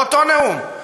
באותו נאום.